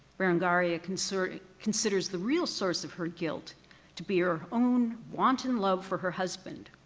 beringaria considers considers the real source of her guilt to be her own wanton love for her husband.